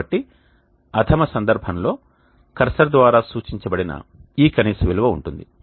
కాబట్టి అధమ సందర్భంలో కర్సర్ ద్వారా సూచించబడిన ఈ కనీస విలువ ఉంటుంది